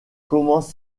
commence